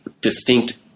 distinct